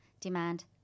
demand